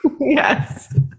Yes